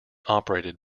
operated